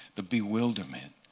the bewilderment